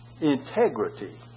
integrity